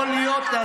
יכול להיות.